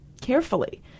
carefully